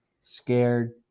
Scared